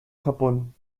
japón